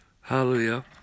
Hallelujah